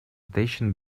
station